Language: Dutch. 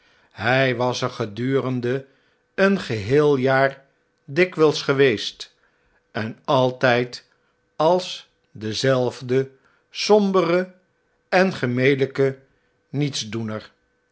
hjj was ergedurende een geheel jaardikwijls geweest en altjjd als dezelfde sombere en gemeljjke nietsdoener